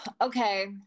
Okay